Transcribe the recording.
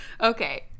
okay